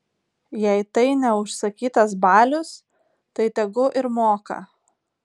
jei tai ne užsakytas balius tai tegu ir moka